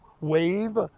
wave